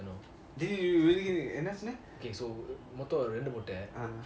okay so மொத்தம் ரெண்டு முட்ட:motham rendu mutta